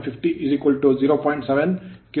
ಆದರೆ ಯಾಂತ್ರಿಕ ನಷ್ಟ 7500